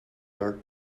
dark